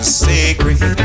sacred